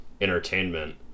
entertainment